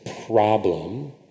problem